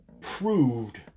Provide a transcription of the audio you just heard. proved